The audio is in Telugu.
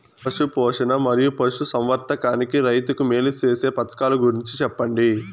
పశు పోషణ మరియు పశు సంవర్థకానికి రైతుకు మేలు సేసే పథకాలు గురించి చెప్పండి?